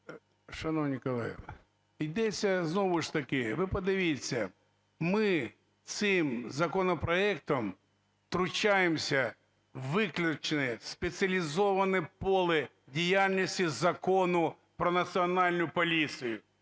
Шановні колеги, йдеться знову ж таки, ви подивіться, ми цим законопроектом втручаємося в виключно спеціалізоване поле діяльності Закону "Про Національну поліцію".